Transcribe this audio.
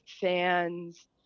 fans